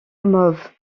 mauves